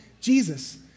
Jesus